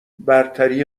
برتری